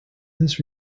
this